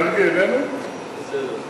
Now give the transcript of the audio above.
בסדר.